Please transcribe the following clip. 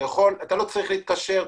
אתה לא צריך להתקשר,